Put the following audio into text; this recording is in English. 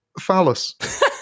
phallus